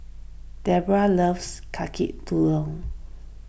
Dedra loves Kaki